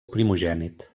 primogènit